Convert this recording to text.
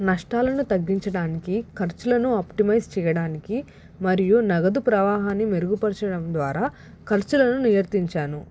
నష్టాలను తగ్గించడానికి ఖర్చులను అప్టిమైజ్ చెయ్యడానికి మరియు నగదు ప్రవాహాన్ని మెరుగుపరచడం ద్వారా ఖర్చులను నియంత్రించాను